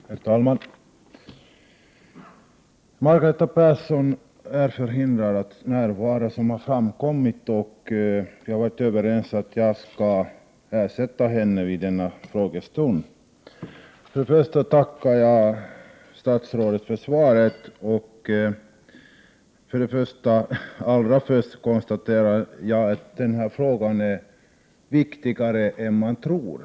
Herr talman! Det har redan framgått att Margareta Persson är förhindrad att närvara i dagens debatt. Vi har därför kommit överens om att jag skall tala i hennes ställe. Först och främst tackar jag statsrådet för svaret. Inledningsvis konstaterar jag att denna fråga är viktigare än man tror.